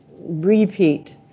repeat